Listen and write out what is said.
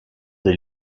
des